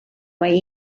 mai